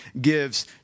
gives